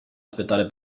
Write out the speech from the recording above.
aspettare